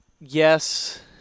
yes